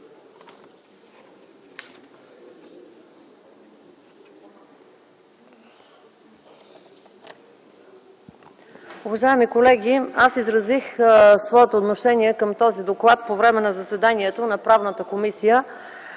Уважаеми колеги, аз изразих своето отношение към този доклад по време на заседанието на Правната комисия.